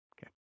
Okay